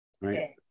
right